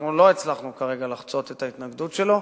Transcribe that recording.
אנחנו לא הצלחנו כרגע לחצות את ההתנגדות שלו.